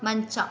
ಮಂಚ